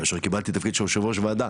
כאשר קיבלתי תפקיד של יושב ראש וועדה,